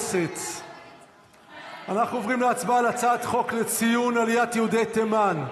אנחנו צריכים לגרום לאיחוד של כולם,